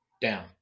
down